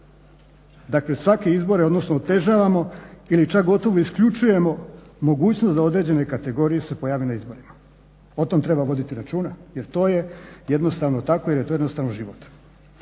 Dakle, svake izbore, odnosno otežavamo ili čak gotovo isključujemo mogućnost da određene kategorije se pojave na izborima. O tom treba voditi računa jer to je jednostavno tako jer je to jednostavno život.